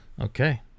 Okay